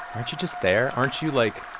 aren't you just there? aren't you, like,